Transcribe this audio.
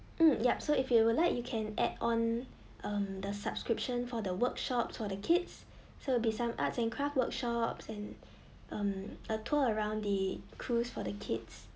mm yup so if you would like you can add on um the subscription for the workshops for the kids so it will be some arts and craft workshops and um a tour around the cruise for the kids